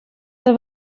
del